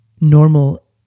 normal